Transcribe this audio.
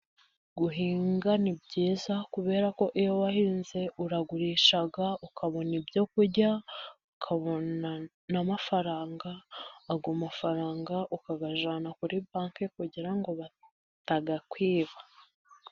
Guhinga ni byiza， kubera ko iyo wahinze uragurisha， ukabona ibyo kurya，ukabona amafaranga， ayo amafaranga， ukagajyana kuri banki，kugira ngo batayakwiba.